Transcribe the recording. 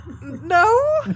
No